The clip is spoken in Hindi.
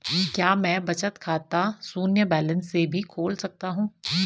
क्या मैं बचत खाता शून्य बैलेंस से भी खोल सकता हूँ?